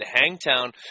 Hangtown